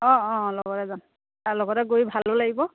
অঁ অঁ লগতে যাম আৰু লগতে গৈ ভালো লাগিব